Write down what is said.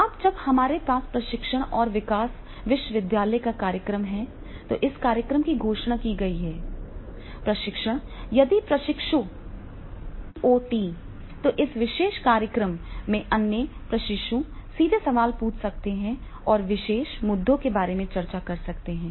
अब जब हमारे पास प्रशिक्षण और विकास विश्वविद्यालय का कार्यक्रम है तो इस कार्यक्रम की घोषणा की गई है प्रशिक्षण यदि प्रशिक्षकों तो इस विशेष कार्यक्रम में अन्य प्रशिक्षु सीधे सवाल पूछ सकते हैं और विशेष मुद्दों के बारे में चर्चा कर सकते हैं